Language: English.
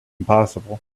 impossible